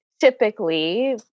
typically